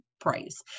price